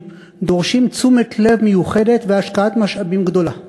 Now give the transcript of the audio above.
דורשים תשומת לב מיוחדת והשקעת משאבים גדולה.